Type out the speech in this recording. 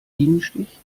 bienenstich